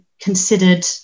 considered